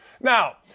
Now